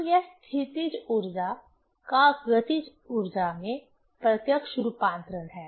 तो यह स्थितिज ऊर्जा का गतिज ऊर्जा में प्रत्यक्ष रूपांतरण है